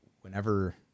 whenever